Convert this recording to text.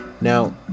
now